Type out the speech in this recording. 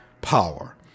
power